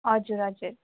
हजुर हजुर